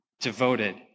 devoted